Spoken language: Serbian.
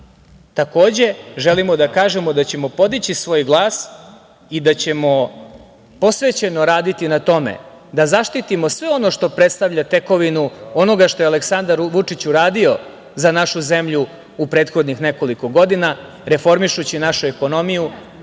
takođe želimo da kažemo da ćemo podići svoj glas i da ćemo posvećeno raditi na tome da zaštitimo sve ono što predstavlja tekovinu onoga što je Aleksandar Vučić uradio za našu zemlju u prethodnih nekoliko godina, reformišući našu ekonomiju,